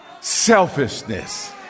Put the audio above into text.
selfishness